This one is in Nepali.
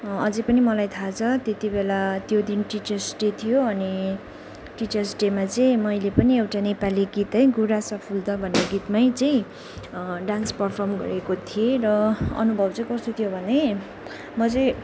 अझै पनि मलाई थाहा छ त्यतिबेला त्यो दिन टिचर्स डे थियो अनि टिचर्स डेमा चाहिँ मैले पनि एउटा नेपाली गीत है गुराँस फुल्दा भन्ने गीतमै चाहिँ डान्स परफर्म गरेको थिएँ र अनुभव चाहिँ कस्तो थियो भने म चाहिँ